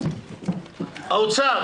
האוצר